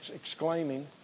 exclaiming